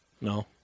No